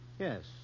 Yes